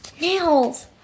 Nails